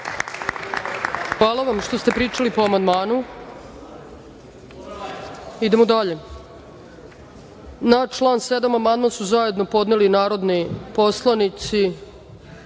Hvala vam što ste pričali po amandmanu. Idemo dalje. Na član 7. amandman su zajedno podneli narodni poslanici